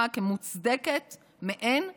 הזאת הוכחה כמוצדקת מאין כמוה.